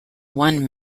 won